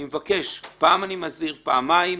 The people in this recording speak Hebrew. אני מבקש, פעם אני מזהיר, פעמיים.